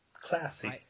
classy